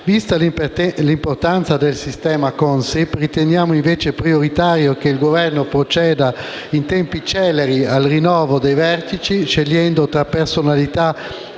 Vista l'importanza del sistema Consip, riteniamo invece prioritario che il Governo proceda in tempi celeri al rinnovo dei vertici, scegliendo tra personalità